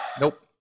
Nope